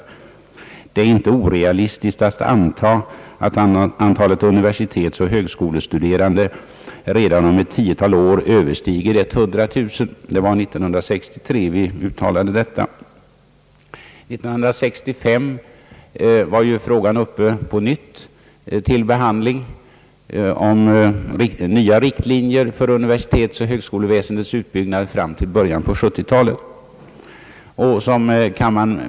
Det är inte orealistiskt att antaga att antalet universitetsoch högskolestuderande redan om ett tiotal år överstiger 100 000.» År 1965 behandlades åter frågan om nya riktlinjer för universitetsoch högskoleväsendets utbyggnad fram till början på 1970-talet.